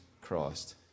Christ